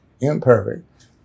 imperfect